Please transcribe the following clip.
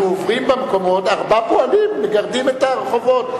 אנחנו עוברים במקומות וארבעה פועלים מגרדים את הרחובות.